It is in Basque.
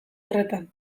horretan